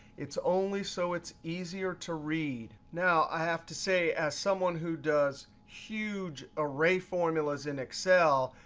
it's only so it's easier to read. now, i have to say as someone who does huge array formulas in excel,